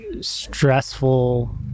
stressful